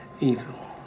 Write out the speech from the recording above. evil